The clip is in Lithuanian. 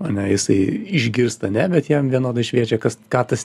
ane jisai išgirsta ne bet jam vienodai šviečia kas ką tas